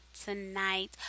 Tonight